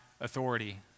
authority